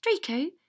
Draco